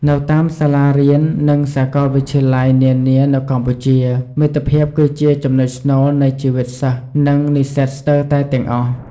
នៅតាមសាលារៀននិងសាកលវិទ្យាល័យនានានៅកម្ពុជា មិត្តភាពគឺជាចំណុចស្នូលនៃជីវិតសិស្សនិងនិស្សិតស្ទើរតែទាំងអស់។